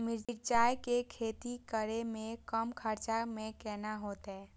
मिरचाय के खेती करे में कम खर्चा में केना होते?